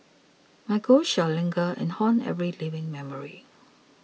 my ghost shall linger and haunt every living memory